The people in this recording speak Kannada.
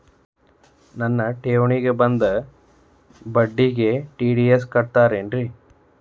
ನನ್ನ ಠೇವಣಿಗೆ ಬಂದ ಬಡ್ಡಿಗೆ ಟಿ.ಡಿ.ಎಸ್ ಕಟ್ಟಾಗುತ್ತೇನ್ರೇ?